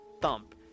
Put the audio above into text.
Thump